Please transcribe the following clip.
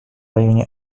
районе